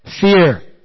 Fear